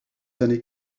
années